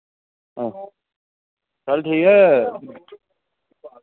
आं चल ठीक ऐ